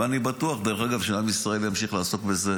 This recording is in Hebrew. ואני בטוח שעם ישראל ימשיך לעסוק בזה